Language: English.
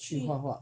去画画